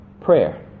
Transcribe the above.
prayer